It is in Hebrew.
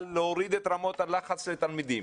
על הורדת רמות הלחץ לתלמידים,